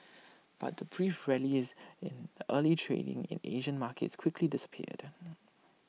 but the brief rallies in early trading in Asian markets quickly disappeared